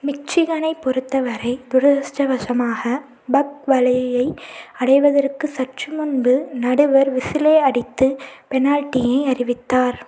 மிச்சிகனைப் பொறுத்தவரை துரிதஷ்டவசமாக பக் வலையை அடைவதற்கு சற்று முன்பு நடுவர் விசிலை அடித்து பெனால்டியை அறிவித்தார்